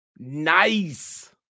Nice